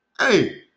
hey